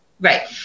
Right